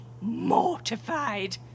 mortified